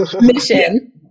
mission